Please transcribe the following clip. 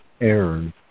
errors